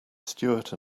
stewart